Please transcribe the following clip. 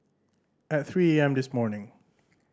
at three A M this morning